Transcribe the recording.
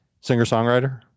Singer-songwriter